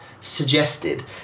suggested